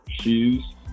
shoes